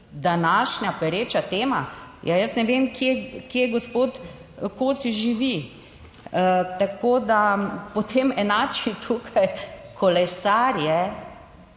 današnja pereča tema. Ja, jaz ne vem, kje, gospod Kosi živi? Tako, da potem enači tukaj kolesarje,